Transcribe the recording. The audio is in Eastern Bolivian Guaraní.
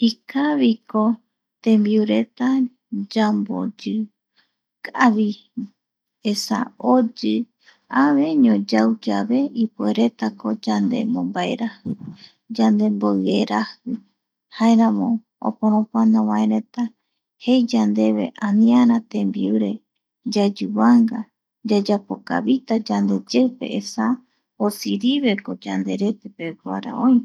Ikaviko tembiureta yamboyi kavi, esa oyi aveño yau yave ipueretako yande mbombaeraji yande momboaji, jaeramo oporopoano vae reta jei yandeve aniara tembiure yayuvanga yayapokavita yandeyeupe esa osiriveko yande rete peguara oï.